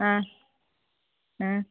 ಹಾಂ ಹಾಂ